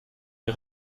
les